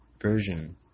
version